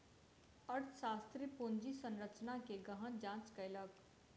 अर्थशास्त्री पूंजी संरचना के गहन जांच कयलक